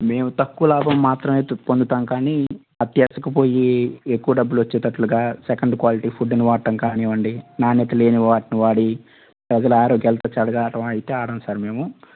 మేము తక్కువ లాభం మాత్రమే పొందుతాం కానీ అత్యాశకు పోయి ఎక్కువ డబ్బులు వచ్చేటట్లుగా సెకెండ్ క్వాలిటీ ఫుడ్ని వాడటం కానివ్వండి నాణ్యత లేని వాటిని వాడి ప్రజల ఆరోగ్యాలతో చలగాటం అయితే ఆడం సార్ మేము